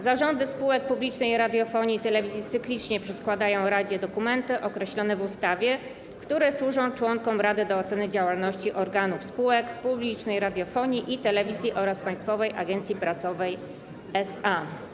Zarządy spółek publicznej radiofonii i telewizji cyklicznie przedkładają radzie dokumenty określone w ustawie, które służą członkom rady do oceny działalności organów spółek publicznej radiofonii i telewizji oraz Państwowej Agencji Prasowej SA.